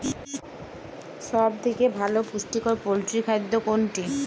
সব থেকে ভালো পুষ্টিকর পোল্ট্রী খাদ্য কোনটি?